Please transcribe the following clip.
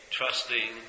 trusting